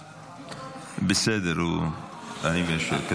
זה בסדר, אני מאשר.